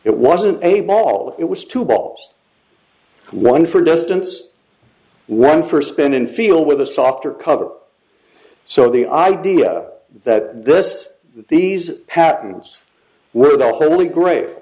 it wasn't a ball it was two balls one for distance one for spin and feel with a softer cover so the idea that this these patents were the holy gra